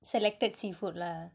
selected seafood lah